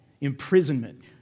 imprisonment